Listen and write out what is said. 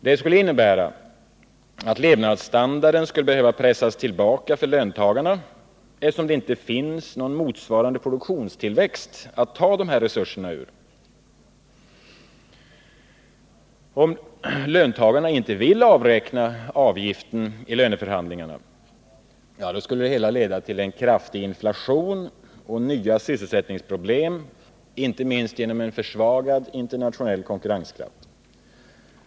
Det skulle innebära att levnadsstandarden skulle behöva pressas tillbaka för löntagarna, eftersom det inte finns någon motsvarande produktionstillväxt att ta dessa resurser ur. Om löntagarna inte vill avräkna denna avgift i löneförhandlingarna, skulle det hela leda till en kraftig inflation och nya sysselsättningsproblem, inte minst genom en försvagad internationell konkurrenskraft.